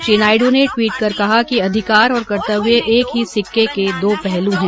श्रीनायडू ने टवीट कर कहा कि अधिकार और कर्तव्य एक ही सिक्के के दो पहलू हैं